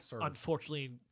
unfortunately